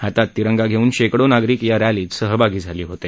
हातात तिरंगा घेऊन शेकडो नागरिक या रॅलीत सहभागी झाले होते